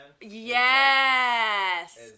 yes